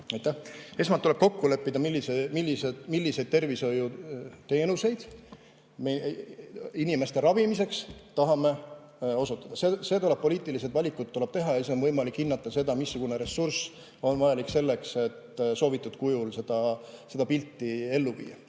Esmalt tuleb kokku leppida, milliseid tervishoiuteenuseid me inimeste ravimiseks tahame osutada. Sellised poliitilised valikud tuleb teha ja siis on võimalik hinnata seda, missugune ressurss on vajalik selleks, et soovitud kujul seda pilti ellu viia.